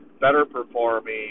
better-performing